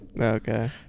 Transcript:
Okay